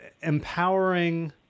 empowering